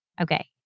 Okay